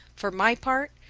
for my part,